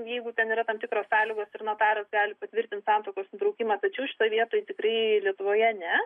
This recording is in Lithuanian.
jeigu ten yra tam tikros sąlygos ir notaras gali patvirtinti santuokos nutraukimą tačiau šitoj vietoj tikrai lietuvoje ne